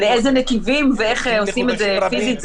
לאיזה נתיבים ואיך עושים את זה פיזית,